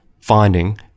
finding